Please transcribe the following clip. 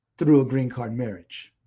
through a green card marriage.